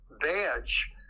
badge